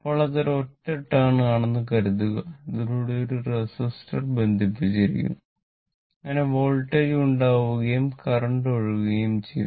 അപ്പോൾ അത് ഒരൊറ്റ ടേൺ ആണെന്ന് കരുതുക അതിലൂടെ ഒരു റെസിസ്റ്റർ ബന്ധിപ്പിച്ചിരിക്കുന്നു അങ്ങനെ വോൾട്ടേജ് ഉണ്ടാവുകയും കറന്റ് ഒഴുകുകയും ചെയ്യും